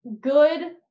good